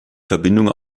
verbindung